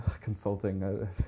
consulting